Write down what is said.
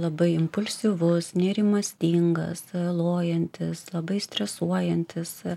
labai impulsyvus nerimastingas lojantis labai stresuojantis